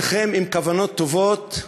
שניכם עם כוונות טובות,